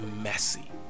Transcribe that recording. messy